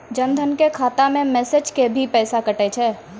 जन धन के खाता मैं मैसेज के भी पैसा कतो छ?